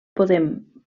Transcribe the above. poden